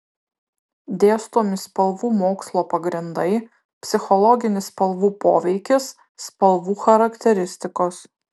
dėstomi spalvų mokslo pagrindai psichologinis spalvų poveikis spalvų charakteristikos